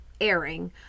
airing